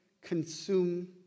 consume